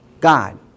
God